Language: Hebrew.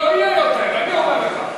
הוא לא יהיה יותר, אני אומר לך.